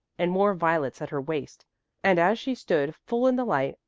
and more violets at her waist and as she stood full in the light,